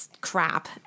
crap